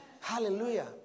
Hallelujah